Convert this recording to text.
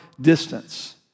Distance